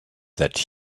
that